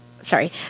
sorry